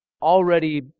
already